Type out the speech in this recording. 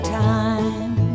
time